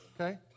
okay